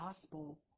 gospel